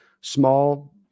small